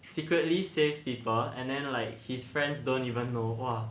secretly save people and then like his friends don't even know !wah!